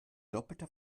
doppelter